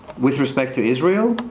with respect to israel,